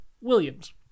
Williams